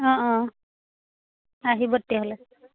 অঁ অঁ আহিব তেতিয়াহ'লে